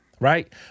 Right